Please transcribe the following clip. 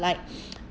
like